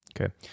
Okay